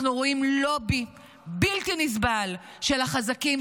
אנחנו רואים לובי בלתי נסבל של החזקים,